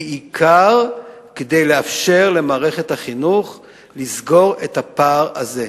בעיקר כדי לאפשר למערכת החינוך לסגור את הפער הזה.